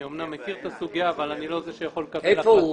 אני אמנם מכיר את הסוגיה אבל אני לא זה שיכול לקבל החלטות.